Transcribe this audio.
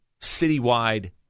citywide